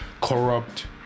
corrupt